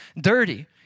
dirty